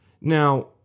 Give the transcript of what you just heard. Now